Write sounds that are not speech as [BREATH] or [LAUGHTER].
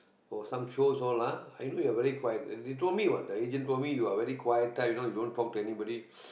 oh some shows all lah I know you're very quiet and they told me what the agent told me you're very quiet type you know you don't talk to anybody [BREATH]